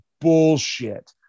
bullshit